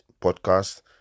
podcast